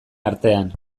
artean